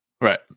Right